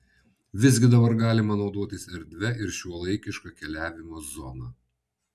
visgi dabar galima naudotis erdvia ir šiuolaikiška keliavimo zona